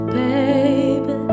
baby